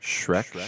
Shrek